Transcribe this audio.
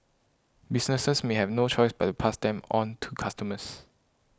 businesses may have no choice but pass them on to customers